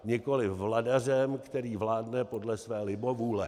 Nikoliv vladařem, který vládne podle své libovůle.